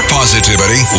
positivity